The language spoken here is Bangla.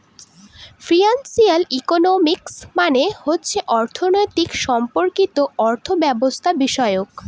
ফিনান্সিয়াল ইকোনমিক্স মানে হচ্ছে অর্থনীতি সম্পর্কিত অর্থব্যবস্থাবিষয়ক